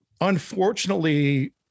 unfortunately